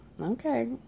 okay